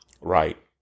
Right